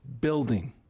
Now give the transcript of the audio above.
building